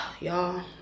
Y'all